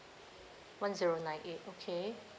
one zero nine eight okay